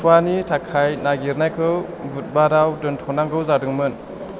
खुवानि थाखाय नागिरनायखौ बुधबाराव दोनथ'नांगौ जादोंमोन